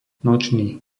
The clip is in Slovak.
nočný